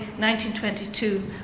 1922